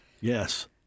yes